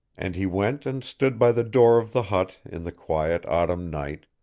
and he went and stood by the door of the hut in the quiet autumn night,